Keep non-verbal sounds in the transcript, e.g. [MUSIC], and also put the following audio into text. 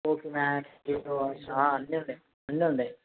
[UNINTELLIGIBLE] అన్నీ ఉన్నాయి అన్నీ ఉన్నాయి